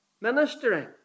ministering